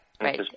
right